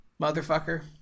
motherfucker